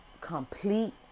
Complete